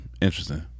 Interesting